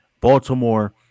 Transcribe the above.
Baltimore